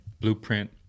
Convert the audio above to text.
blueprint